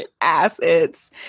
assets